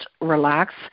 relax